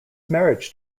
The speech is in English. marriage